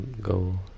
go